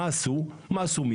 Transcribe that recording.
מה עשו מיד?